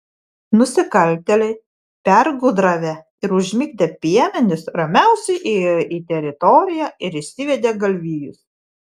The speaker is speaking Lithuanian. nusikaltėliai pergudravę ir užmigdę piemenis ramiausiai įėjo į teritoriją ir išsivedė galvijus